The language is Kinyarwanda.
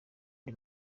ndi